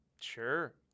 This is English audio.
Sure